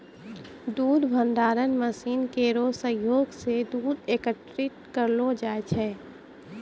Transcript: दूध भंडारण मसीन केरो सहयोग सें दूध एकत्रित करलो जाय छै